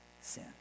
sin